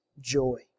joy